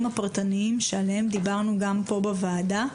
הפרטניים שעליהם דיברנו גם פה בוועדה,